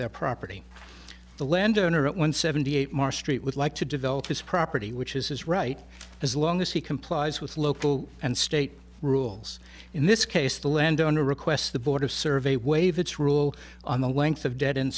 their property the landowner at one seventy eight more street would like to develop his property which is his right as long as he complies with local and state rules in this case the landowner requests the board of survey waive its rule on the length of dead